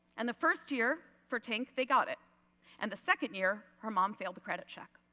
and the first year for tink they got it and the second year her mom failed the credit check.